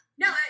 No